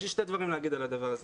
יש לי שני דברים לומר על הדבר הזה.